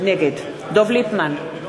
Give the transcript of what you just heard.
נגד דב ליפמן,